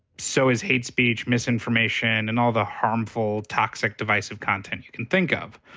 so is hate speech, misinformation, and all the harmful, toxic, divisive content you can think of.